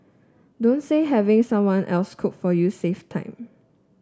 don't say having someone else cook for you save time